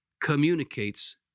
communicates